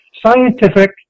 scientific